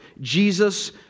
Jesus